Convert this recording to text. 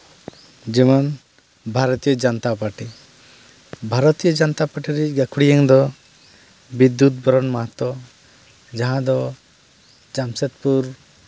ᱡᱮᱢᱚᱱ Bharatiya Janata Party Bharatiya Janata Party ᱨᱮᱱᱤᱧ ᱜᱟᱹᱠᱷᱩᱲᱤᱭᱟᱹᱱ ᱫᱚ ᱵᱤᱫᱽᱫᱩᱫ ᱵᱚᱨᱚᱱ ᱢᱟᱦᱟᱛᱚ ᱡᱟᱦᱟᱸ ᱫᱚ ᱡᱟᱢᱥᱮᱫᱽᱯᱩᱨ